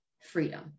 freedom